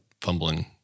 fumbling